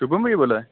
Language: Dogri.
शुभम भैया बोलै दे